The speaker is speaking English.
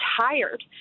tired